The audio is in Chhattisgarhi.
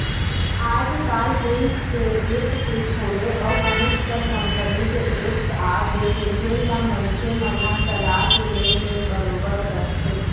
आज काल बेंक के ऐप के छोड़े अउ बहुत कन कंपनी के एप्स आ गए हे जेन ल मनसे मन ह चला के लेन देन बरोबर करथे